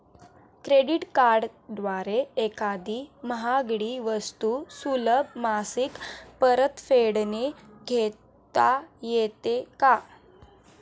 Credit कार्डद्वारे एखादी महागडी वस्तू सुलभ मासिक परतफेडने घेता येते का?